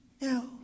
no